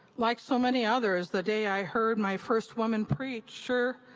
like so many others, the day i heard my first woman preacher,